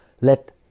let